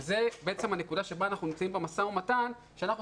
זאת הנקודה בה אנחנו נמצאים במשא ומתן כאשר אנחנו